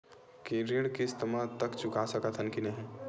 ऋण किस्त मा तक चुका सकत हन कि नहीं?